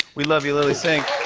we love you, lilly singh.